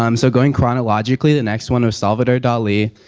um so going chronologically the next one was salvador dali,